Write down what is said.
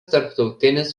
tarptautinis